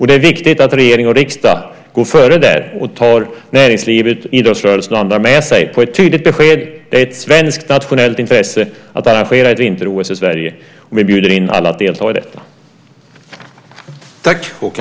Det är viktigt att regering och riksdag går före där och tar näringslivet, idrottsrörelsen och andra med sig och lämnar ett tydligt besked om att det är ett svenskt nationellt intresse att arrangera ett vinter-OS i Sverige, och vi bjuder in alla att delta i detta.